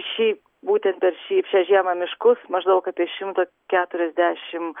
šį būtent per šį šią žiemą miškus maždaug apie šimto keturiasdešim